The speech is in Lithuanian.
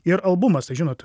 ir albumas tai žinot